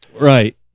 Right